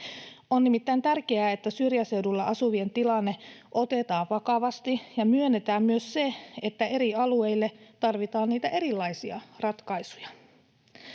On nimittäin tärkeää, että syrjäseudulla asuvien tilanne otetaan vakavasti ja myönnetään myös se, että eri alueille tarvitaan erilaisia ratkaisuja.